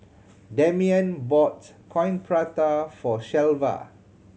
Damian bought Coin Prata for Shelva